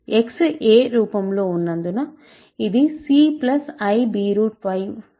x a రూపంలో ఉన్నందున ఇది c ib5 రూపంలో ఉంటుంది